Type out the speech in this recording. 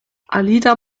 alida